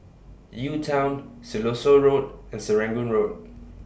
UTown Siloso Road and Serangoon Road